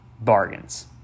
bargains